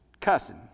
cussing